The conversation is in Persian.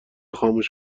خاموش